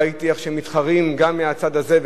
ראיתי איך מתחרים גם מהצד הזה,